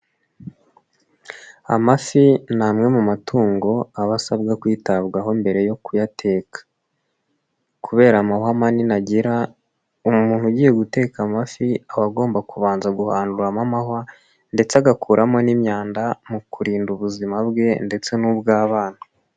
Amafi ni amwe mu matungo aba asabwa kwitabwaho mbere yo kuyateka. Kubera amahwa manini agira, umuntu ugiye guteka amafi aba agomba kubanza guhanduramo amahwa ndetse agakuramo n'imyanda mu kurinda ubuzima bwe ndetse n'ubw'abana.